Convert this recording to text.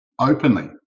openly